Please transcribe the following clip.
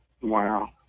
Wow